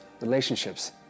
relationships